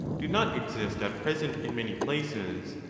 do not exist at present in many places,